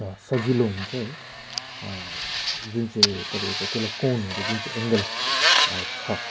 अँ सजिलो हुन्छ है जुन चाहिँ तपाईँको त्यसलाई कोनहरू जुन चाहिँ एङ्गल छ